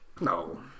No